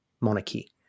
monarchy